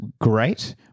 great